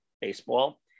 baseball